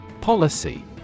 Policy